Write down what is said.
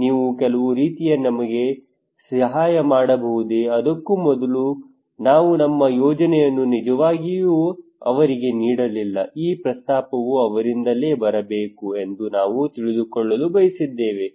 ನೀವು ಕೆಲವು ರೀತಿಯಲ್ಲಿ ನಿಮಗೆ ಸಹಾಯ ಮಾಡಬಹುದೇ ಅದಕ್ಕೂ ಮೊದಲು ನಾವು ನಮ್ಮ ಯೋಜನೆಯನ್ನು ನಿಜವಾಗಿಯೂ ಅವರಿಗೆ ನೀಡಲಿಲ್ಲ ಈ ಪ್ರಸ್ತಾಪವು ಅವರಿಂದಲೇ ಬರಬೇಕು ಎಂದು ನಾವು ತಿಳಿದುಕೊಳ್ಳಲು ಬಯಸಿದ್ದೇವೆ